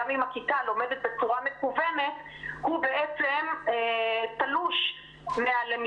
אז גם אם הכיתה לומדת בצורה מקוונת הוא בעצם תלוש מהלמידה,